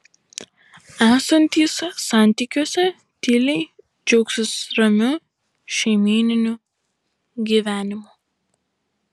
esantys santykiuose tyliai džiaugsis ramiu šeimyniniu gyvenimu